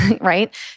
right